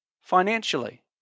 financially